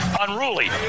unruly